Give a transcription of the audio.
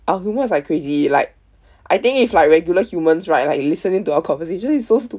our humour is like crazy like I think if like regular humans right like listening to our conversation it's so